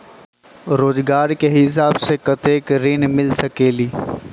रोजगार के हिसाब से कतेक ऋण मिल सकेलि?